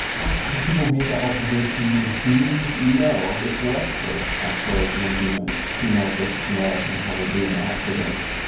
and had people made that observation in humans? no it's less clear actually in humans, females versus males and how they do in accidents.